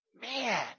man